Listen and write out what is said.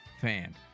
fan